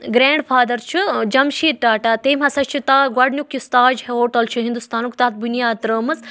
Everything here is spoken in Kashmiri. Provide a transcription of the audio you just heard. گرینڈ فادر چھُ جمشیٖر ٹاٹا تٔمۍ ہسا چھُ تا گۄڈٕنیُک یُس تاج ہوٹل چھُ ہِندوستانُک تَتھ بُنیاد ترٲومٕژ